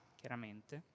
chiaramente